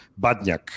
badniak